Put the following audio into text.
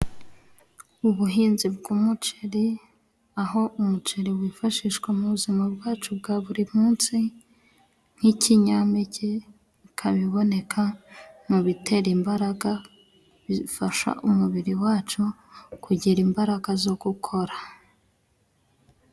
Ubuhinzi bw'umuceri aho umuceri wifashishwa mu buzima bwacu bwa buri munsi nk'ikinyampeke ikaba iboneka mu bitera imbaraga bifasha umubiri wacu kugira imbaraga zo gukora.